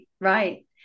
right